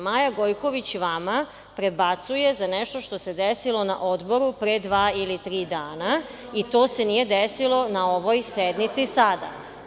Maja Gojković prebacuje vama za nešto što se desilo na Odboru pre dva ili tri dana i to se nije desilo na ovoj sednici sada.